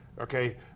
okay